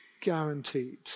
guaranteed